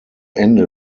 ende